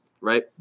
right